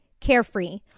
Carefree